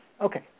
Okay